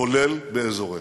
כולל באזורנו.